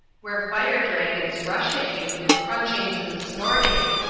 where fire-dragons rush at you with crunchings and snortings,